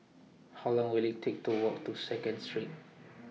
How Long Will IT Take to Walk to Second Street